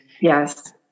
Yes